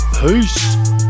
Peace